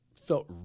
felt